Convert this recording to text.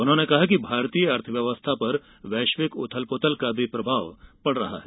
उन्होंने कहा कि भारतीय अर्थव्यवस्था पर वैश्विक उथल पुथल का भी प्रभाव पड़ रहा है